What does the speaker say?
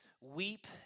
weep